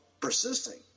persisting